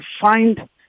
find